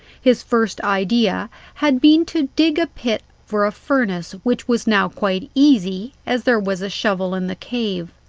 his first idea had been to dig a pit for a furnace, which was now quite easy, as there was a shovel in the cave.